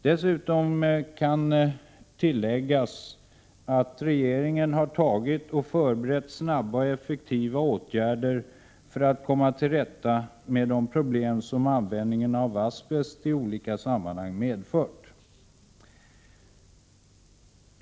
Dessutom kan tilläggas att regeringen har vidtagit och förberett snabba och effektiva åtgärder för att komma till rätta med de problem som användningen av asbest i olika sammanhang har medfört.